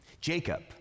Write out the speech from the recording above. Jacob